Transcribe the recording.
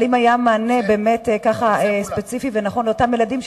אם היה מענה ספציפי ונכון לאותם ילדים,